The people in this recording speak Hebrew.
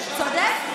צודק.